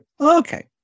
Okay